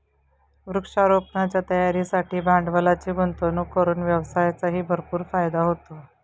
वृक्षारोपणाच्या तयारीसाठी भांडवलाची गुंतवणूक करून व्यवसायाचाही भरपूर फायदा होतो